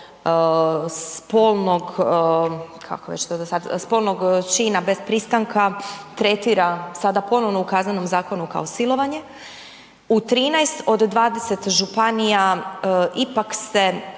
spolnog čina bez pristanka tretira sada ponovno u Kaznenom zakonu kao silovanje. U 13 od 20 županija ipak se